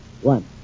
One